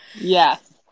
Yes